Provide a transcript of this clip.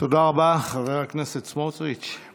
תודה רבה, חבר הכנסת סמוטריץ'.